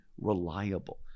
reliable